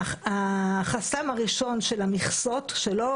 החסם הראשון הוא המכסות, שלא